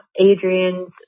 Adrian's